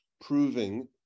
proving